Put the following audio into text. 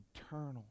eternal